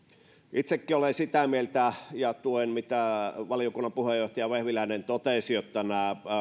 itsekin olen sitä mieltä ja tuen sitä mitä valiokunnan puheenjohtaja vehviläinen totesi että nämä